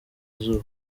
izuba